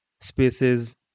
spaces